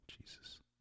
Jesus